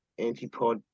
antipod